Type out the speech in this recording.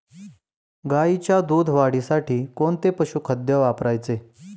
गाईच्या दूध वाढीसाठी कोणते पशुखाद्य वापरावे?